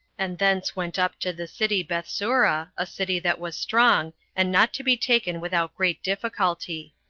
and thence went up to the city bethsura, a city that was strong, and not to be taken without great difficulty.